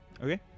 Okay